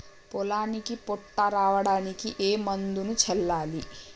పొలానికి పొట్ట రావడానికి ఏ మందును చల్లాలి?